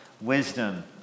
wisdom